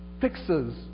fixes